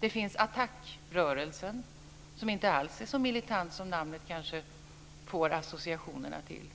Det finns Attackrörelsen, som inte alls är så militant som namnet kanske leder associationerna till.